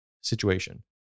situation